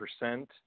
percent